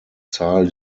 zahl